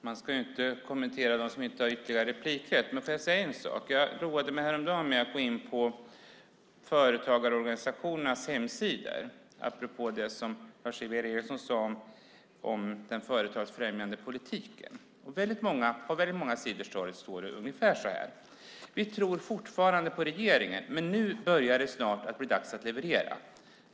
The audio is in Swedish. Fru talman! Man ska inte kommentera dem som inte har ytterligare replikrätt, men låt mig säga en sak. Jag roade mig häromdagen med att gå in på företagarorganisationernas hemsidor apropå det som Lars-Ivar Ericson sade om den företagsfrämjande politiken. På många sidor står det ungefär så här: Vi tror fortfarande på regeringen, men nu börjar det snart bli dags att leverera.